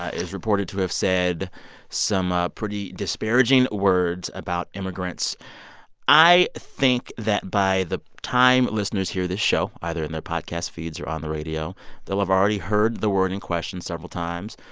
ah is reported to have said some ah pretty disparaging words about immigrants i think that by the time listeners hear this show either in their podcast feeds or on the radio they'll have already heard the word in question several times.